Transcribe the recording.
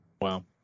Wow